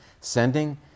Sending